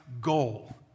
goal